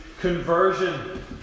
conversion